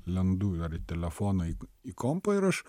lendu į telefoną į į kompą ir aš